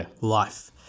life